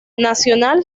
nacional